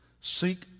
seek